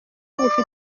bufite